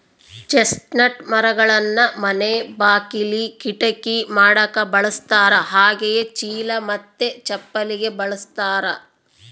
chestnut ಮರಗಳನ್ನ ಮನೆ ಬಾಕಿಲಿ, ಕಿಟಕಿ ಮಾಡಕ ಬಳಸ್ತಾರ ಹಾಗೆಯೇ ಚೀಲ ಮತ್ತೆ ಚಪ್ಪಲಿಗೆ ಬಳಸ್ತಾರ